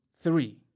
three